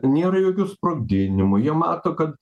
nėra jokių sprogdinimų jie mato kad